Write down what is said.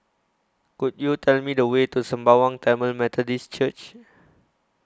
Could YOU Tell Me The Way to Sembawang Tamil Methodist Church